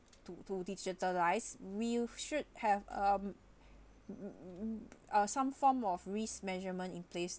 to to digitalize we should have um uh some form of risk measurement in place to